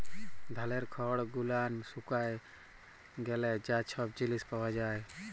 ধালের খড় গুলান শুকায় গ্যালে যা ছব জিলিস পাওয়া যায়